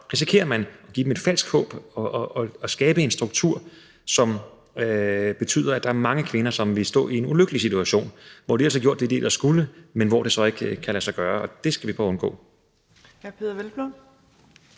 risikerer man at give dem et falsk håb og skabe en struktur, som betyder, at der er mange kvinder, som vil stå i en ulykkelig situation, hvor de ellers har gjort det, de egentlig skulle, men hvor det så ikke kan lade sig gøre. Og det skal vi prøve at undgå.